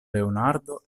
leonardo